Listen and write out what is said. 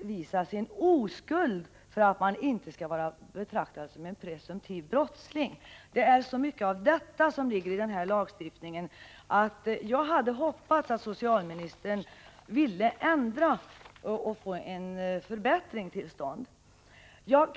bevisa sin oskuld för att inte betraktas som en presumtiv brottsling. Det är alltför mycket av detta tänkesätt som präglar denna lagstiftning, och jag hade hoppats att socialministern skulle vilja ändra på detta och få en förbättring till stånd.